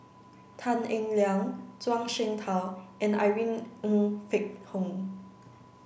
Tan Eng Liang Zhuang Shengtao and Irene Ng Phek Hoong